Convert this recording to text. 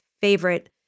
favorite